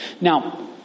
Now